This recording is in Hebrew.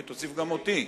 ותוסיף גם אותי.